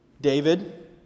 David